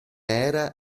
era